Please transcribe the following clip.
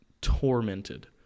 tormented